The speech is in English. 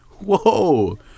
whoa